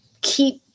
keep